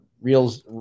reels